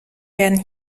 werden